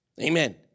Amen